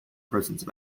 presence